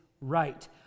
right